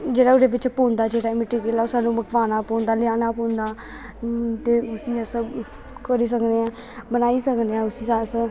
जेह्ड़ा ओह्दे बिच्च पौंदा मटिरियल साह्नू बनाना पौंदा लेआना पौंदा ते उसी अस करी सकने ऐं बनाई सकने ऐं उसी अस